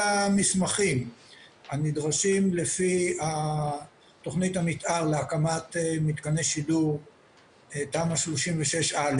המסמכים הנדרשים לפי תוכנית המתאר להקמת מתקני שידור תמ"א 36א,